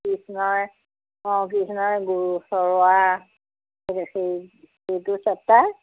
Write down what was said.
কৃষ্ণই অঁ কৃষ্ণই গৰু চৰুৱা সেইটো চিৰিজ সেইটো চেপ্তাৰ